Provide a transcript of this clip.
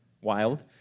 wild